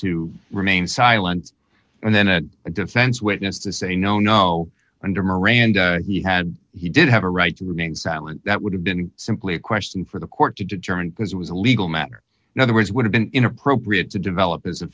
to remain silent and then a defense witness to say no no under miranda he had he did have a right to remain silent that would have been simply a question for the court to determine because it was a legal matter in other words would have been inappropriate to develop as a